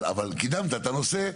אבל קידמת את הנושא.